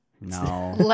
No